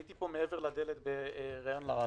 הייתי מעבר לדלת בראיון לרדיו.